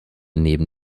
neben